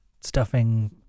stuffing